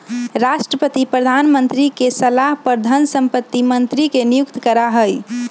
राष्ट्रपति प्रधानमंत्री के सलाह पर धन संपत्ति मंत्री के नियुक्त करा हई